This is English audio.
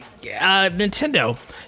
Nintendo